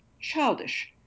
childish